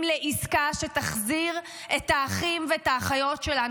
לעסקה שתחזיר את האחים ואת האחיות שלנו.